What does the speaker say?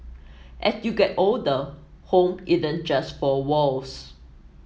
as you get older home isn't just four walls